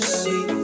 see